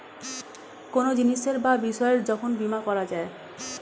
কোনো জিনিসের বা বিষয়ের যখন বীমা করা যায়